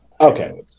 okay